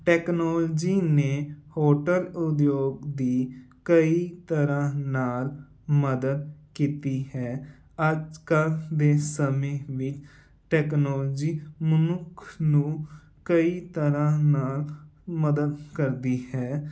technology ਨੇ hotel ਉਦੋਯੋਗ ਦੀ ਕਈ ਤਰ੍ਹਾਂ ਨਾਲ ਮਦਦ ਕੀਤੀ ਹੈ ਅੱਜ ਕੱਲ੍ਹ ਦੇ ਸਮੇਂ ਵਿਚ ਟੈਕਨੋਲਜੀ ਮਨੁੱਖ ਨੂੰ ਕਈ ਤਰ੍ਹਾਂ ਨਾਲ ਮਦਦ ਕਰਦੀ ਹੈ